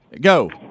Go